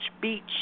beach